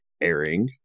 airing